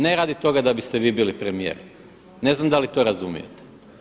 Ne radi toga da biste vi bili premijer, ne znam dali to razumijete.